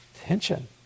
Tension